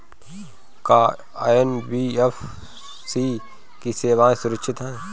का एन.बी.एफ.सी की सेवायें सुरक्षित है?